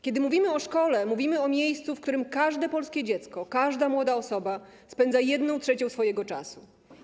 Kiedy mówimy o szkole, mówimy o miejscu, w którym każde polskie dziecko, każda młoda osoba spędza 1/3 swojego czasu.